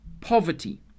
poverty